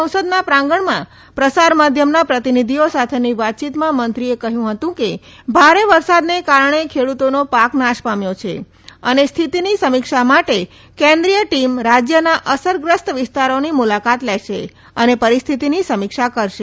આજે સંસદના પ્રાંગણમાં પ્રસાર માધ્યમના પ્રતિનિધિઓ સાથેની વાતચીતમાં મંત્રીએ કહ્યું હતું કે ભારે વરસાદને કારણે ખેડૂતોનો પાક નાશ પામ્યો છે અને સ્થિતિની સમીક્ષા માટે કેન્દ્રીય ટીમ રાજ્યના અસરગ્રસ્ત વિસ્તારોની મુલાકાત લેશે અને સ્થિતિની સમીક્ષા કરશે